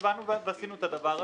ובאנו ועשינו את הדבר הזה.